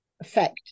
effect